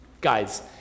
Guys